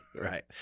Right